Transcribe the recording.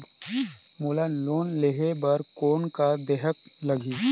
मोला लोन लेहे बर कौन का देहेक लगही?